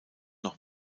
noch